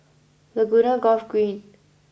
Laguna Golf Green